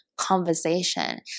conversation